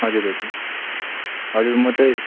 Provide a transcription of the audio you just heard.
हजुर हजुर हजुर म चाहिँ